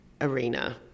arena